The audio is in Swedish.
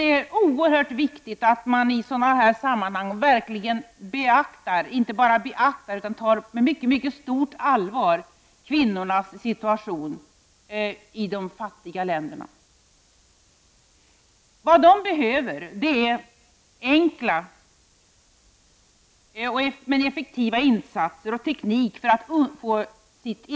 Det är oerhört viktigt att man i sådana här sammahang inte bara beaktar kvinnornas situation i fattiga länder utan också att man tar den på mycket stort allvar. Vad som behövs för kvinnorna är enkla men effektiva insatser. Kvinnorna behöver också få del av teknik som medför att deras arbete kan underlättas.